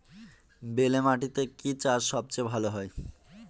বেলে মাটিতে কি চাষ সবচেয়ে ভালো হয়?